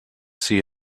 see